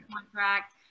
contract